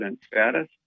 status